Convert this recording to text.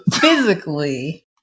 Physically